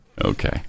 Okay